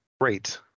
Great